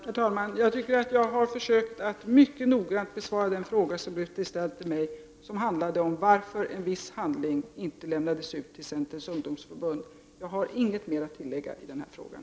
Herr talman! Jag tycker att jag mycket noggrant har besvarat den fråga som ställts till mig och som gällde varför en viss handling inte lämnades ut till Centerns ungdomsförbund. Jag har ingenting mer att tillägga i den här frågan.